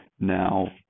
Now